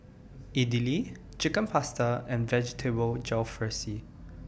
Idili Chicken Pasta and Vegetable Jalfrezi